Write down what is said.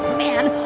man.